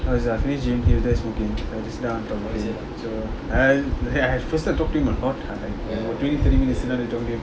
cause I finished gym then smoking so I just sit down talk so I I talk to him a lot